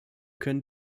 können